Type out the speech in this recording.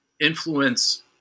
influence